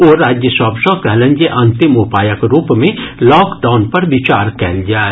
ओ राज्य सभ सॅ कहलनि जे अंतिम उपायक रूप मे लॉकडाउन पर विचार कयल जाय